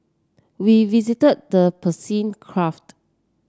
we visited the